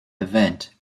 event